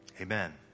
Amen